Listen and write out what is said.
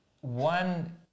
One